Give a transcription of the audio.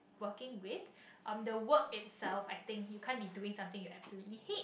working with the work itself I think you can't be doing something you absolutely hate